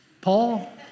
Paul